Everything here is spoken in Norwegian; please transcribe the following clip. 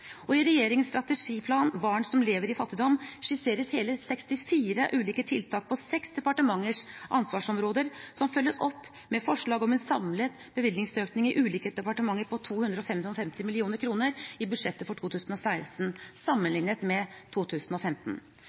Og i regjeringens strategiplan, Barn som lever i fattigdom, skisseres hele 64 ulike tiltak på seks departementers ansvarsområder. Dette følges opp med forslag om en samlet bevilgningsøkning i ulike departementer på 255 mill. kr i budsjettet for 2016 sammenlignet med 2015.